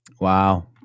Wow